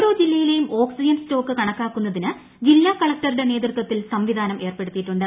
ഓരോ ജില്ലയിലേയും oxygen stock കണക്കാക്കുന്നതിന് ജില്ലാ കളക്ടറുടെ നേതൃത്വത്തിൽ സംവിധാനം ഏർപ്പെടുത്തിയിട്ടുണ്ട്